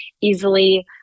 easily